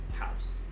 house